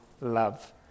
love